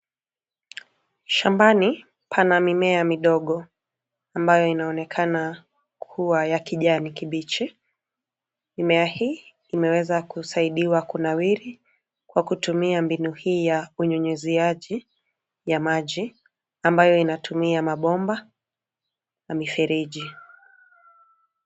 Shambani pana mimea midogo ambayo inaonekana kuwa ya kijani kibichi. Mimea hii imeweza kusaidiwa kunawiri kwa kutumia mbinu hii ya unyunyiziaji wa maji ambayo inatumia mabomba na mifereji.